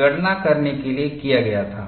गणना करने के लिए किया गया था